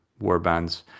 warbands